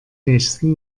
nächsten